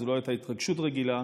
זו לא הייתה התרגשות רגילה,